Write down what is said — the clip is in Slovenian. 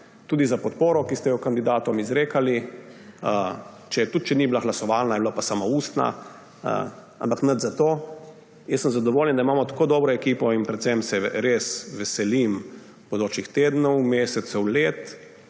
tudi za podporo, ki ste jo kandidatom izrekali, tudi če ni bila glasovalna, je bila pa samo ustna, ampak nič zato. Jaz sem zadovoljen, da imamo tako dobro ekipo, in se res veselim bodočih tednov, mesecev, let